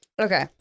Okay